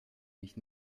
mich